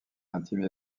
intime